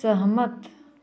सहमत